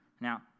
Now